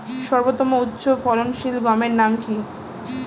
সর্বতম উচ্চ ফলনশীল গমের নাম কি?